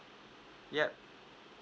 yup